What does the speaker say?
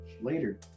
Later